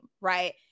right